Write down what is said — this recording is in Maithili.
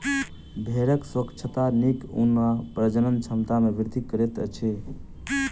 भेड़क स्वच्छता नीक ऊन आ प्रजनन क्षमता में वृद्धि करैत अछि